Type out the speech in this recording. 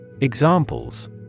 Examples